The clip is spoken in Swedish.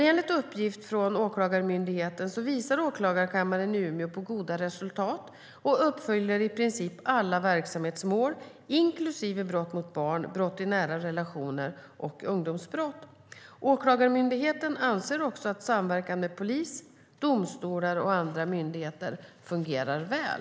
Enligt uppgift från Åklagarmyndigheten visar åklagarkammaren i Umeå på goda resultat och uppfyller i princip alla verksamhetsmål, inklusive brott mot barn, brott i nära relationer och ungdomsbrott. Åklagarmyndigheten anser också att samverkan med polis, domstolar och andra myndigheter fungerar väl.